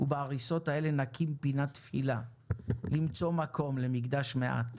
ובהריסות האלה נקים פינת תפילה למצוא מקום למקדש מעט.